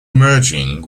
emerging